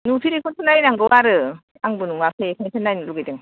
नुफेरिखौसो नायनांगौ आरो आंबो नुवाखै बेखायनोसो नायनो लुबैदों